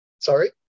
Sorry